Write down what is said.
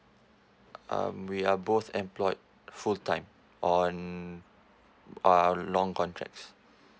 um we are both employed full time on uh long contracts